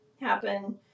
happen